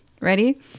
ready